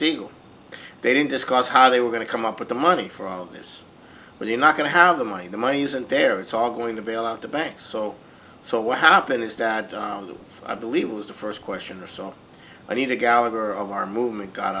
steagall they didn't discuss how they were going to come up with the money for all of this but they're not going to have the money the money isn't there it's all going to bail out the banks so so what happened is that i believe was the first question or so i need a gallagher of our movement got